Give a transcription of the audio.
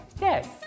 Yes